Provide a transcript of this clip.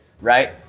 Right